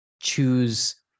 choose